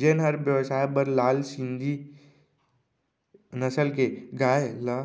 जेन हर बेवसाय बर लाल सिंघी नसल के गाय ल